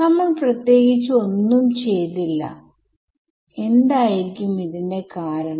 ഈ ചോദ്യത്തിനുള്ള ഉത്തരം കിട്ടാൻ ഞാൻ ഒരു സൂചന തരാം